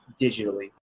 digitally